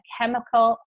chemical